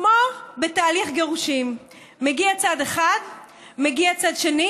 כמו בתהליך גירושין: מגיע צד אחד ומגיע צד שני,